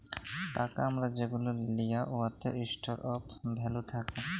টাকা আমরা যেগুলা লিই উয়াতে ইস্টর অফ ভ্যালু থ্যাকে